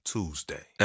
Tuesday